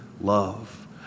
love